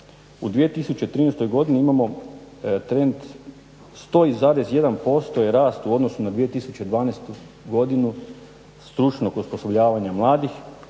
U 2013. godini imamo trend 100,1% je rast u odnosu na 2012. godinu stručnog osposobljavanja mladih